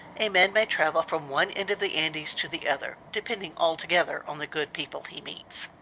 a man may travel from one end of the andes to the other, depending altogether on the good people he meets.